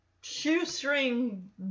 shoestring